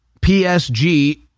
PSG